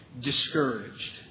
discouraged